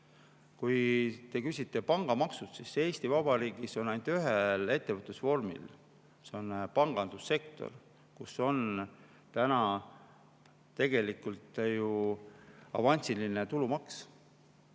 Kui te küsite pangamaksu kohta, siis Eesti Vabariigis on ainult ühel ettevõtlusvormil, pangandussektoril, täna tegelikult ju avansiline tulumaks.